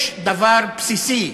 יש דבר בסיסי,